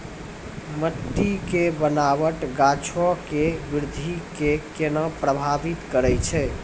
मट्टी के बनावट गाछो के वृद्धि के केना प्रभावित करै छै?